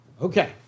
Okay